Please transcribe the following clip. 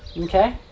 Okay